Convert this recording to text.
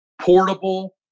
Portable